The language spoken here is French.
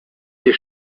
des